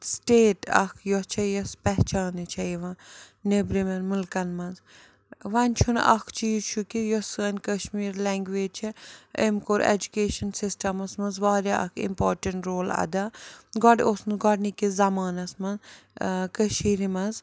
state اَکھ یۄس چھےٚ یۄس پہچانٛنہٕ چھےٚ یِوان نیٚبرِمٮ۪ن ملکَن منٛز وۄنۍ چھُنہٕ اَکھ چیٖز چھُ کہِ یۄس سٲنۍ کَشمیٖر لٮ۪نٛگویج چھےٚ أمۍ کوٚر اٮ۪جُکیشَن سِسٹَمَس منٛز واریاہ اَکھ اِمپاٹنٛٹ رول اَدا گۄڈٕ اوس نہٕ گۄڈٕنِکِس زمانَس منٛز کٔشیٖرِ منٛز